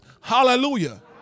Hallelujah